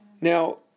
Now